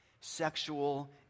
sexual